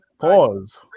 Pause